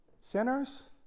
sinners